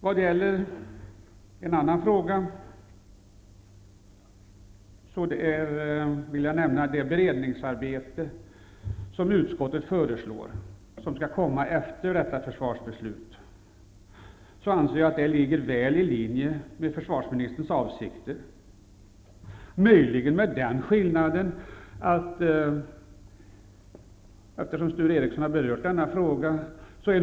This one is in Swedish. Jag vill nämna det beredningsarbete som utskottet föreslår skall inledas efter detta försvarsbeslut. Jag anser att det ligger väl i linje med försvarsministerns avsikter. Sture Ericson har ju berört denna fråga.